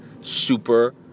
Super